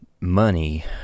money